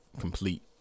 complete